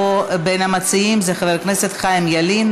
היחיד שנשאר לנו פה מהמציעים זה חבר הכנסת חיים ילין.